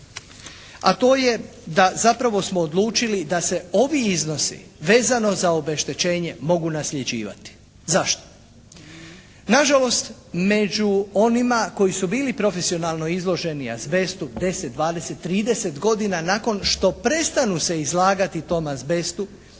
a to je da zapravo smo odlučili da se ovi iznosi vezano za obeštećenje mogu nasljeđivati. Zašto? Na žalost među onima koji su bili profesionalno izloženi azbestu 10, 20, 30 godina nakon što prestanu se izlagati tom azbestu